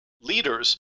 leaders